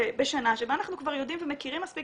בשנה שבה אנחנו כבר יודעים ומכירים מספיק